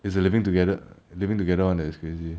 is the living together living together [one] that is crazy